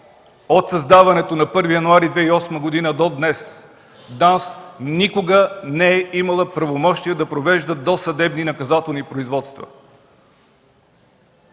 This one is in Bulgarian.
От създаването си на 1 януари 2008 г. до днес ДАНС никога не е имала правомощия да провежда досъдебни наказателни производства.